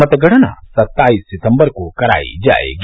मतगणना संत्ताईस सितम्बर को करायी जायेगी